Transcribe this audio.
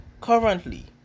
Currently